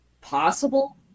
possible